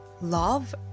love